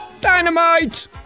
Dynamite